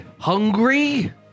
hungry